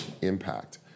impact